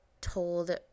told